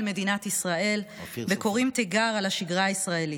מדינת ישראל וקוראים תיגר על השגרה הישראלית.